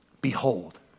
Behold